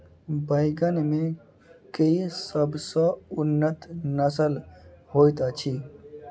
बैंगन मे केँ सबसँ उन्नत नस्ल होइत अछि?